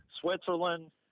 Switzerland